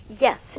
Yes